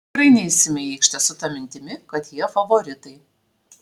tikrai neisime į aikštę su ta mintimi kad jie favoritai